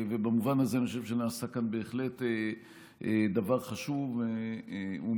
במובן הזה אני חושב שנעשה כאן בהחלט דבר חשוב ומבורך.